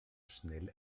schnell